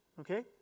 okay